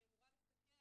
אני אמורה לסקר,